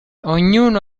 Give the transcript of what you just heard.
ognuno